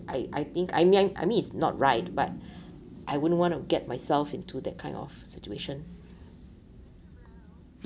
I I think I mean I mean it's not right but I wouldn't want to get myself into that kind of situation